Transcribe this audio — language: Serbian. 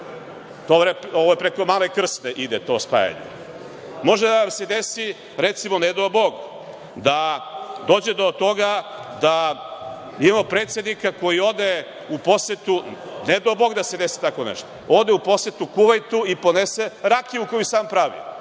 sliv, preko Male Krsne. Može da nam se desi, recimo, ne dao Bog, da dođe do toga da imamo predsednika koji ode u posetu, ne do Bog da se desi tako nešto, ode u posetu Kuvajtu i ponese rakiju koju je sam pravio,